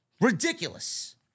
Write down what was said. Ridiculous